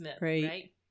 right